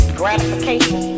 gratification